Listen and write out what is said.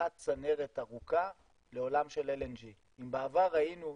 הנחת צנרת ארוכה לעולם של LNG. אם בעבר היינו,